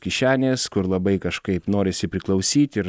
kišenės kur labai kažkaip norisi priklausyt ir